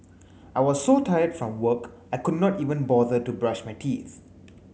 I was so tired from work I could not even bother to brush my teeth